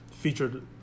Featured